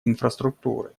инфраструктуры